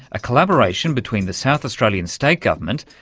a collaboration between the south australian state government,